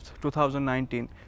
2019